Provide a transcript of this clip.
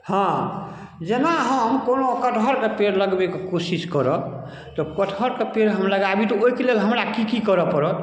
हाँ जेना हम कोनो कटहरके पेड़ लगबैके कोशिश करब तऽ कटहरके पेड़ हम लगाबी तऽ ओइके लेल हमरा की की करऽ पड़त